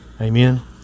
amen